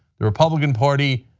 the republican party,